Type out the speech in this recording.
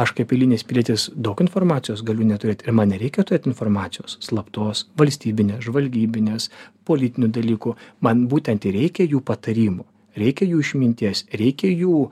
aš kaip eilinis pilietis daug informacijos galiu neturėt ir man nereikia turėt informacijos slaptos valstybinės žvalgybinės politinių dalykų man būtent ir reikia jų patarimų reikia jų išminties reikia jų